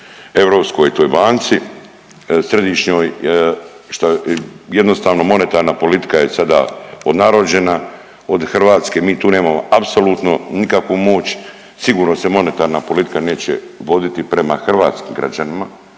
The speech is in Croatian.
europskoj toj banci, središnjoj, šta, jednostavno monetarna politika je sada odnarođena do Hrvatske, mi tu nemamo apsolutno nikakvu moć, sigurno se monetarna politika neće voditi prema hrvatskih građanima